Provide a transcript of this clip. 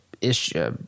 issue